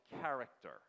character